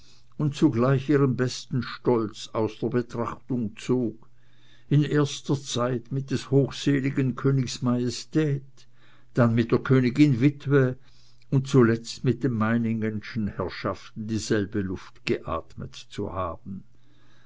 und zugleich ihren besten stolz aus der betrachtung zog in erster zeit mit des hochseligen königs majestät dann mit der königinwitwe und zuletzt mit den meiningenschen herrschaften dieselbe luft geatmet zu haben